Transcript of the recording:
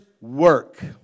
work